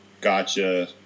Gotcha